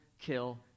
kill